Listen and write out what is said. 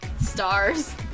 stars